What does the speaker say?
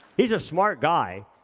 he's a smart guy,